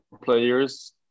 players